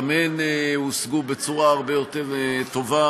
גם הן הושגו בצורה הרבה יותר טובה,